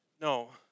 no